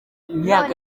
imyaka